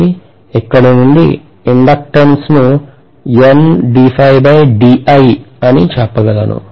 కాబట్టి ఇక్కడ నుండిఇండక్టెన్స్ ను అని నేను చెప్పగలను